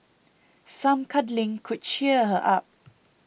some cuddling could cheer her up